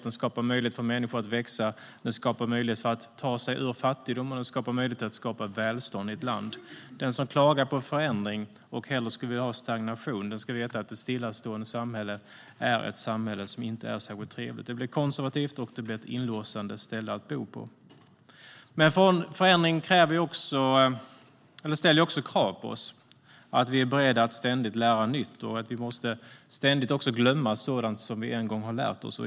Den skapar möjlighet för människor att växa. Den skapar möjlighet att ta sig ur fattigdom, och den ger möjlighet att skapa välstånd i ett land. Den som klagar på förändring och hellre skulle vilja ha stagnation ska veta att ett stillastående samhälle är ett samhälle som inte är särskilt trevligt. Det blir konservativt, och det blir ett inlåsande ställe att bo på. Förändring ställer också krav på oss att vi är beredda att ständigt lära nytt och att vi ständigt också måste glömma sådant som vi en gång har lärt oss.